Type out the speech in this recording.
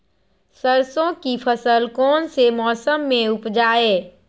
सरसों की फसल कौन से मौसम में उपजाए?